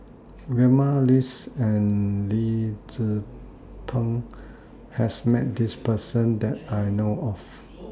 Vilma Laus and Lee Tzu Pheng has Met This Person that I know of